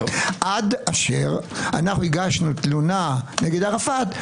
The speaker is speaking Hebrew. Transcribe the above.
עד אשר הגשנו תלונה נגד ערפאת,